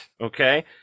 okay